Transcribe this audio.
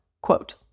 Quote